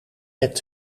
bed